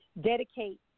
dedicate